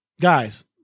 guys